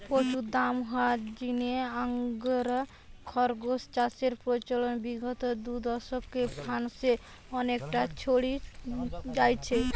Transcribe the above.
প্রচুর দাম হওয়ার জিনে আঙ্গোরা খরগোস চাষের প্রচলন বিগত দুদশকে ফ্রান্সে অনেকটা ছড়ি যাইচে